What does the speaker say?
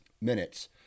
minutes